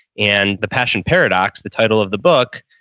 and the passion paradox, the title of the book,